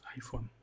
iPhone